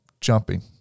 jumping